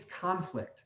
conflict